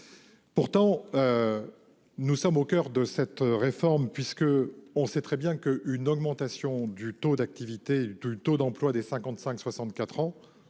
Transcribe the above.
Pourtant. Nous sommes au coeur de cette réforme, puisque on sait très bien que une augmentation du taux d'activité du taux d'emploi des 55 64 ans